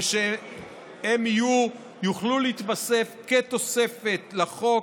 הם יוכלו להתווסף כתוספת לחוק,